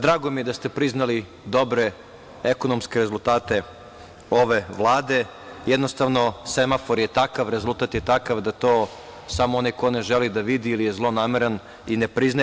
Drago mi je da ste priznali dobro ekonomske rezultate ove Vlade, jednostavno semafor je takav, rezultat je takav da to samo onaj koji ne želi da vidi ili je zlonameran i ne priznaje.